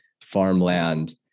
farmland